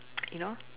you know